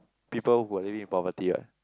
people who are living in poverty ah